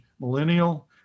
millennial